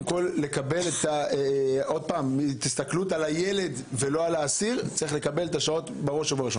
כל את השעות בראש ובראשונה תוך התחשבות במספר הילדים.